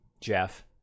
Jeff